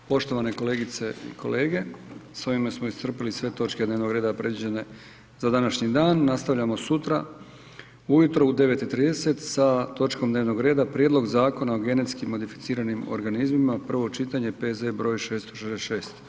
Poštovane kolegice i kolege, s ovime smo iscrpili sve točke dnevnog reda predviđene za današnji dan, nastavljamo sutra ujutro u 9 i 30 sa točkom dnevnog reda Prijedlog Zakona o genetski modificiranim organizmima, prvo čitanje, P.Z.E. br. 666.